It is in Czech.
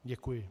Děkuji.